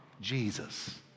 Jesus